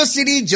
City